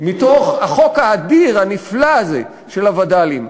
מתוך החוק האדיר, הנפלא הזה, של הווד"לים?